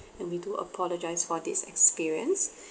we do apologise for this experience